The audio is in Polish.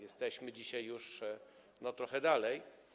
Jesteśmy dzisiaj już trochę dalej.